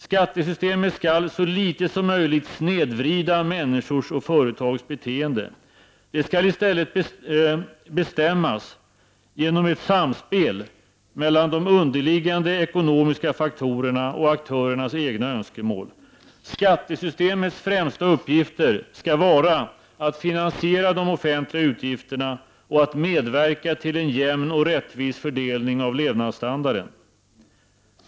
Skattesystemet skall så litet som möjligt snedvrida människors och företags beteende. Det skall i stället bestämmas genom ett samspel mellan de underliggande ekonomiska faktorerna och aktörernas egna önskemål. Skattesystemets främsta uppgifter skall vara att finansiera de offentliga utgifterna och att medverka till en jämn och rättvis fördelning av levnadsstandarden.